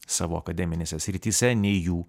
savo akademinėse srityse nei jų